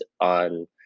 on